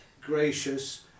gracious